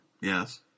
Yes